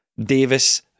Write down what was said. Davis